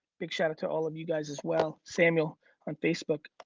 big shout out to all of you guys as well. samuel on facebook.